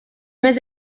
més